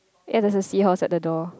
yea there's a seahorse at the door